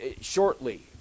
shortly